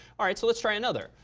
all right, so let's try another.